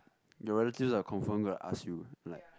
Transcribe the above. your relatives are confirm gonna ask you like